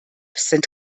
sind